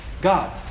God